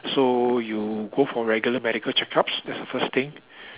so you go for regular medical check-ups that's the first thing